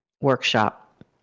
workshop